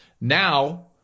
Now